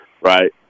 right